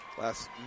last